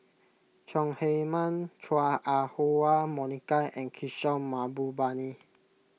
Chong Heman Chua Ah Huwa Monica and Kishore Mahbubani